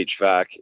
HVAC